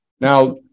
Now